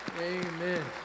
Amen